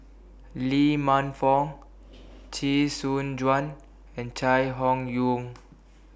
Lee Man Fong Chee Soon Juan and Chai Hon Yoong